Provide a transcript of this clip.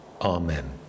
amen